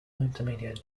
intermediate